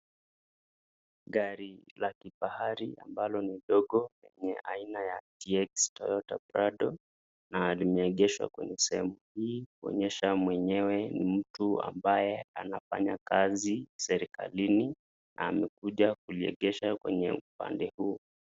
Gari la kifahari ambalo ni ndogo lenye ni aina ya TX Toyota Prado Na limeegheshwa kwenye sehemu hii kuonyesha mwenyewe ni mtu ambaye anafanya kazi serikalini amekuja kulieghesha kwenye upande huu.